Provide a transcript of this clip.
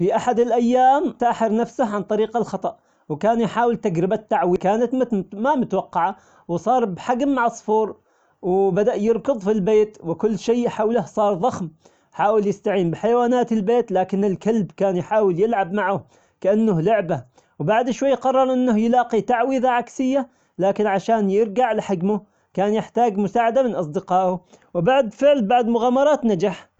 في أحد الأيام ساحر نفسه عن طريق الخطأ ، وكان يحاول تجربة ما متوقعة وصار بحجم عصفور، وبدأ يركض في البيت وكل شي حوله سار ضخم، حاول يستعين بحيوانات البيت لكن الكلب كان يحاول يلعب معه كأنه لعبة، وبعد شوي قرر أنه يلاقي تعويزة عكسية لكن عشان يرجع لحجمه كان يحتاج مساعدة من أصدقائه، وبعد بعد مغامرات نجح.